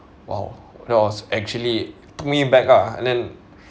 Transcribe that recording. !wow! that was actually me back lah and then